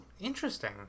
interesting